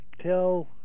tell